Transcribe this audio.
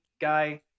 guy